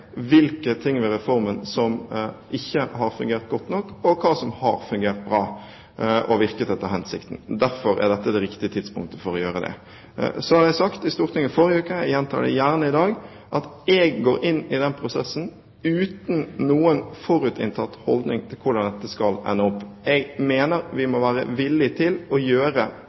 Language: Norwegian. ved reformen som ikke har fungert godt nok, og hva som har fungert bra og virket etter hensikten. Derfor er dette det riktige tidspunktet å gjøre det på. Jeg sa i Stortinget i forrige uke – jeg gjentar det gjerne i dag – at jeg går inn i den prosessen uten noen forutinntatt holdning til hvordan dette skal ende opp. Jeg mener vi må være villige til å gjøre